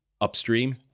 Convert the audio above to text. upstream